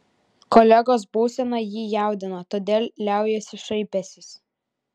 kolegos būsena jį jaudina todėl liaujuosi šaipęsis